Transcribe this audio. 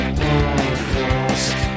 podcast